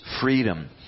freedom